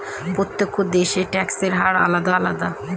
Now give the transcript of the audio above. প্রত্যেক দেশের ট্যাক্সের হার আলাদা আলাদা